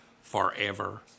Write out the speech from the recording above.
forever